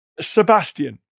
Sebastian